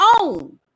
own